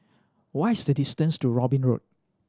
what is the distance to Robin Road